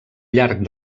llarg